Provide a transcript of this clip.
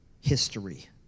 history